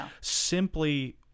simply